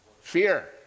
Fear